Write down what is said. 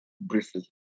Briefly